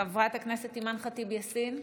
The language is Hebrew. חברת הכנסת אימאן ח'טיב יאסין,